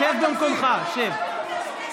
שב במקומך, שב.